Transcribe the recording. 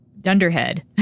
dunderhead